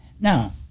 Now